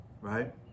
right